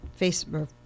Facebook